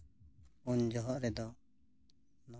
ᱩᱱ ᱡᱚᱦᱚᱜ ᱨᱮᱫᱚ ᱱᱚᱶᱟ